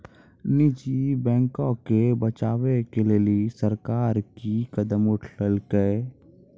निजी बैंको के बचाबै के लेली सरकार कि कदम उठैलकै?